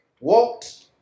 walked